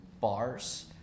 bars